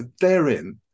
therein